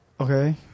okay